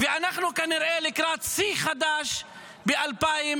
ואנחנו כנראה לקראת שיא חדש ב-2024.